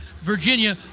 Virginia